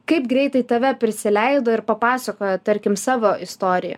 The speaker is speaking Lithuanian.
kaip greitai tave prisileido ir papasakojo tarkim savo istoriją